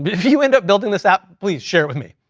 but if you end up building this app, please share it with me.